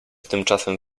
tymczasem